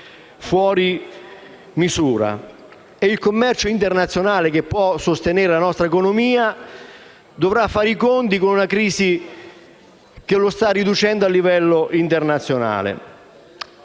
fuori misura. Il commercio internazionale, che può sostenere la nostra economia, dovrà fare i conti con una crisi che lo sta riducendo. Avviandomi alla